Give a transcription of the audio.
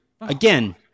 Again